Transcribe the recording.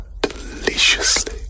deliciously